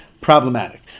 problematic